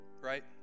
Right